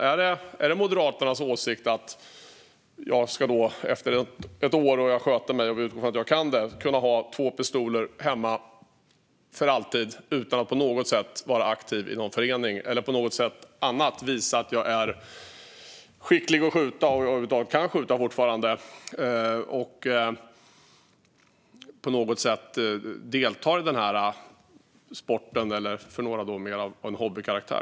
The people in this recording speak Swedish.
Är Moderaternas åsikt att man efter att ha skött sig ett år och förutsätts kunna det här ska kunna ha två pistoler hemma för alltid utan att på något sätt vara aktiv i någon förening eller på något annat sätt visa att man är skicklig på att skjuta eller över huvud taget fortfarande kan skjuta och utan att man på något sätt deltar i denna sport, som för vissa har mer av en hobbykaraktär?